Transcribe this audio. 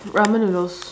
ramen noodles